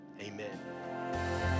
amen